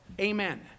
Amen